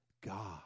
God